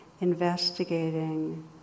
investigating